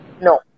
No